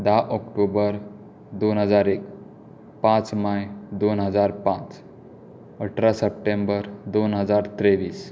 धा ऑक्टोबर दोन हजार एक पांच मे दोन हजार पांच अठरा सप्टेंबर दोन हजार तेवीस